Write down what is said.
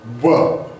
whoa